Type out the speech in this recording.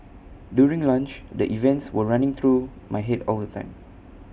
during lunch the events were running through my Head all the time